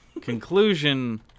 conclusion